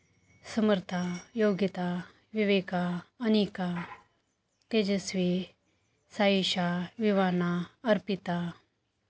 Samartha Yogita Viveka Anika Tejasvi Saisha Vivana Arpita